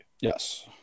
Yes